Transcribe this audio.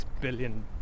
billion